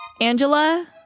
Angela